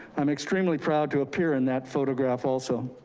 i'm extremely proud to appear in that photograph also.